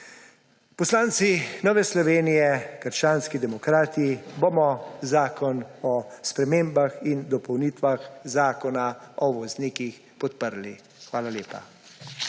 Poslanci Nove Slovenije – krščanski demokrati bomo zakon o spremembah in dopolnitvah Zakona o voznikih podprli. Hvala lepa.